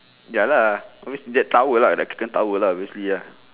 ya lah I mean that tower lah that kraken tower lah obviously lah